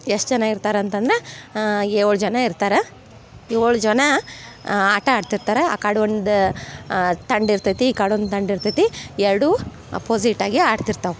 ಎಷ್ಟು ಜನ ಇರ್ತಾರೆ ಅಂತಂದ್ರೆ ಏಳು ಜನ ಇರ್ತಾರೆ ಏಳು ಜನ ಆಟ ಆಡ್ತಿರ್ತಾರೆ ಆ ಕಡೆ ಒಂದು ತಂಡ ಇರ್ತೈತಿ ಈ ಕಡೆ ಒಂದು ತಂಡ ಇರ್ತೈತಿ ಎರಡೂ ಅಪೋಜಿಟ್ಟಾಗಿ ಆಡ್ತಿರ್ತವೆ